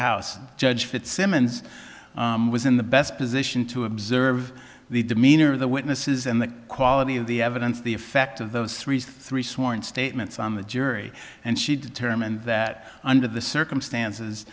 and judge fitzsimmons was in the best position to observe the demeanor of the witnesses and the quality of the evidence the effect of those three three sworn statements on the jury and she determined that under the circumstances